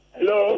Hello